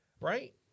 right